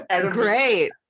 great